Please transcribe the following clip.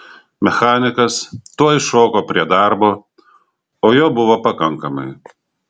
mechanikas tuoj šoko prie darbo o jo buvo pakankamai